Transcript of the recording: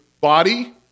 body